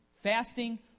Fasting